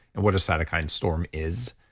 and what a cytokine storm is,